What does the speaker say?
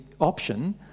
option